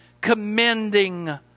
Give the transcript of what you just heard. Commending